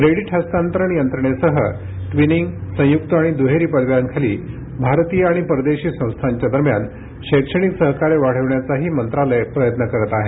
credit हस्तांतरण यंत्रणेसह twinning संयुक्त आणि दुहेरी पदव्यांखाली भारतीय आणि परदेशी संस्थांच्या दरम्यान शैक्षणिक सहकार्य वाढविण्याचाही मंत्रालय प्रयत्न करत आहे